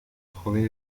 joven